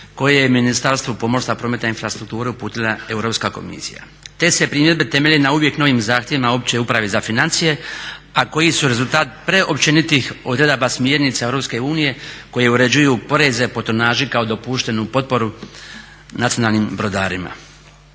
koje je Ministarstvu pomorstva, prometa, infrastrukture uputila Europska komisija. Te se primjedbe temelje na uvijek novim zahtjevima Opće uprave za financije, a koji su rezultat preopćenitih odredaba smjernica EU koje uređuju poreze po tonaži kao dopuštenu potporu nacionalnim brodarima.